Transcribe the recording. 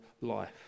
life